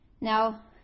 Now